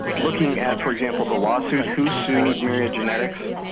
looking at for example the lawsuit, who sued myriad genetics,